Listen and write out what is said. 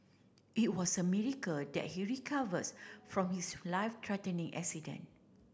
it was a miracle that he recovers from his life threatening accident